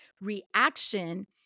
reaction